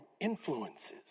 influences